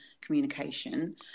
communication